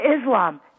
Islam